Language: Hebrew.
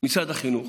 משרד החינוך,